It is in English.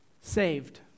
saved